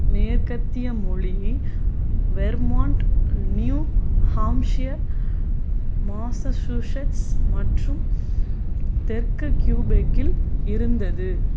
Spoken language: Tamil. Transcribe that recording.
மேற்கத்திய மொழி வெர்மாண்ட் நியூ ஹாம்ப்ஷியர் மாசசூசெட்ஸ் மற்றும் தெற்கு க்யூபெக்கில் இருந்தது